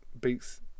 beats